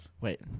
Wait